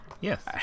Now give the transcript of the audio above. Yes